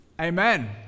Amen